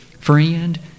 Friend